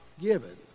given